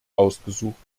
ausgesucht